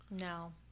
No